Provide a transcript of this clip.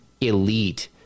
elite